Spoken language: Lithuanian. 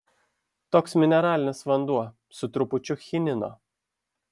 toks mineralinis vanduo su trupučiu chinino